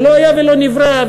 ולא היה ולא נברא,